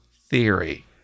theory